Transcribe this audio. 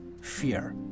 fear